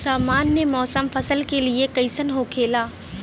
सामान्य मौसम फसल के लिए कईसन होखेला?